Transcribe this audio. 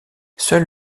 seul